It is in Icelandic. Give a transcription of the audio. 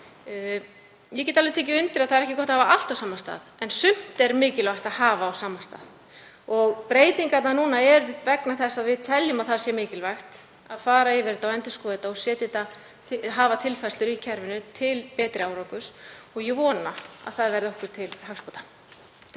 Ég get alveg tekið undir að það er ekki gott að hafa allt á sama stað en sumt er mikilvægt að hafa á sama stað. Breytingarnar núna eru vegna þess að við teljum að mikilvægt sé að fara yfir þetta og endurskoða þetta og hafa tilfærslur í kerfinu til betri árangurs. Ég vona að það verði okkur til hagsbóta.